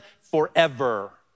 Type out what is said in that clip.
forever